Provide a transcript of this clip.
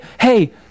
Hey